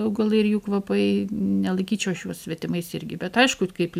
augalai ir jų kvapai nelaikyčiau aš juos svetimais irgi bet aišku kaip